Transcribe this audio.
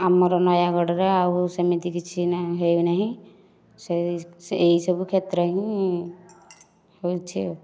ଆମର ନୟାଗଡ଼ରେ ଆଉ ସେମିତି କିଛି ନାହିଁ ହେଉନାହିଁ ସେହି ଏଇସବୁ କ୍ଷେତ୍ର ହିଁ ହୋଇଛି ଆଉ